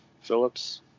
Phillips